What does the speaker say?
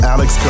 Alex